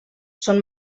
són